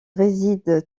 résiste